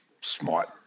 smart